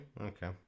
okay